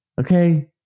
Okay